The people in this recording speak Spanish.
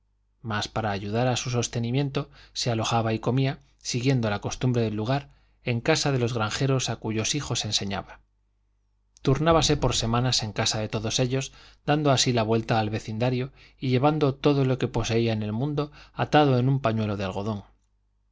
mas para ayudar a su sostenimiento se alojaba y comía siguiendo la costumbre del lugar en casa de los granjeros a cuyos hijos enseñaba turnábase por semanas en casa de todos ellos dando así la vuelta al vecindario y llevando todo lo que poseía en el mundo atado en un pañuelo de algodón